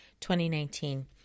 2019